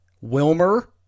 Wilmer